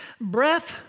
breath